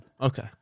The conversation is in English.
Okay